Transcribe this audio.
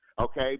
okay